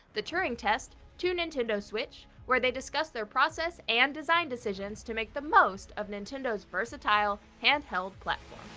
the turing test, to nintendo switch where they discuss their process and design decisions to make the most of nintendo's versatile handheld platform.